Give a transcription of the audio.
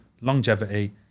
longevity